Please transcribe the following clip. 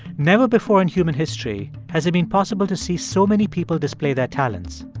never before in human history has it been possible to see so many people display their talents,